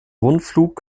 rundflug